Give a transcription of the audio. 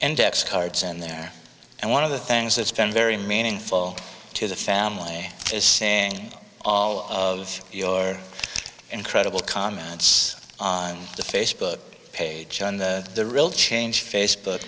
index cards in there and one of the things that's been very meaningful to the family is seeing all of your incredible comments on the facebook page on the real change face